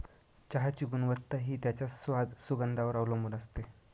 चहाची गुणवत्ता हि त्याच्या स्वाद, सुगंधावर वर अवलंबुन असते